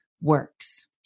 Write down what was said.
works